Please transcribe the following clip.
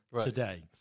today